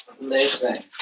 Listen